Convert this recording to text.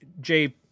Jay